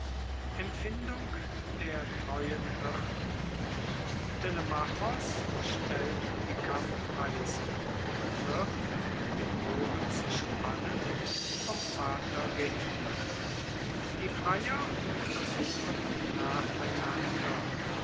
empfindung der treuen hirten telemachos stellt die kampfeisen und wird den bogen zu spannen vom vater gehindert die freier versuchen nacheinander